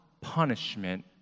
punishment